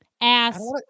Ass